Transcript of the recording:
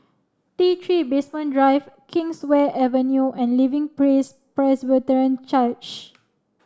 T Three Base One Drive Kingswear Avenue and Living Praise Presbyterian Church